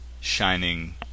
shining